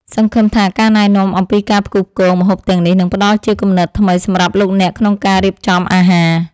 សង្ឃឹមថាការណែនាំអំពីការផ្គូផ្គងម្ហូបទាំងនេះនឹងផ្តល់ជាគំនិតថ្មីសម្រាប់លោកអ្នកក្នុងការរៀបចំអាហារ។